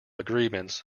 agreements